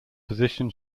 position